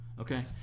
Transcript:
okay